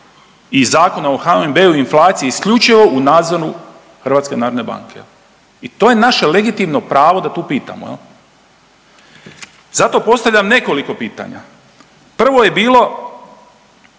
i Zakona o HNB-u i inflaciji isključivo u nadzoru HNB-a. I to je naše legitimno pravo da tu pitamo. Zato postavljam nekoliko pitanja. Prvo je bilo,